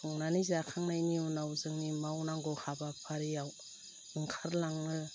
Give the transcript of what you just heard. संनानै जाखांनायनि उनाव जोंनि मावनांगौ हाबाफारियाव ओंखारलाङो